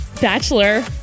Bachelor